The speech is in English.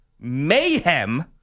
mayhem